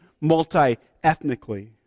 multi-ethnically